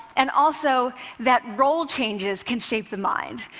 and also that role changes can shape the mind.